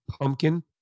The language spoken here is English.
pumpkin